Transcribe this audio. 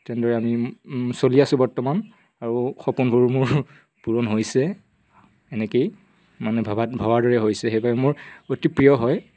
তেনেদৰে আমি চলি আছোঁ বৰ্তমান আৰু সপোনবোৰ মোৰ পূৰণ হৈছে এনেকেই মানে ভবাত ভবাৰ দৰে হৈছে সেইবাবে মোৰ অতি প্ৰিয় হয়